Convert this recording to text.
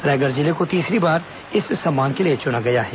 रायगढ़ जिले को तीसरी बार इस सम्मान के लिए चुना गया है